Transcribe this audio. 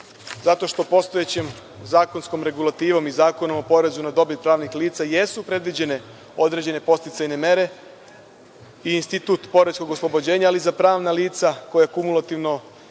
zato što postojećom zakonskom regulativom i Zakonom o porezu na dobit pravnih lica jesu predviđene određene podsticajne mere i institut poreskog oslobođenja, ali za pravna lica koja kumulativno